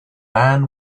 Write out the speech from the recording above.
van